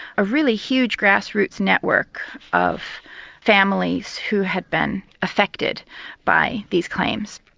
a really huge grass roots network of families who had been affected by these complaints.